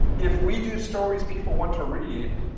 if we do stories people want to read,